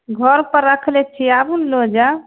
घरपर रखने छिए आबू ने लऽ जाएब